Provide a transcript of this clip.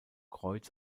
kreuz